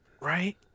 Right